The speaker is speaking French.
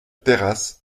terrasse